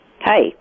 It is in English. Hi